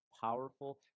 powerful